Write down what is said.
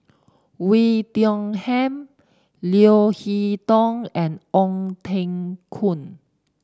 Oei Tiong Ham Leo Hee Tong and Ong Teng Koon